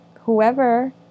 whoever